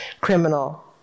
criminal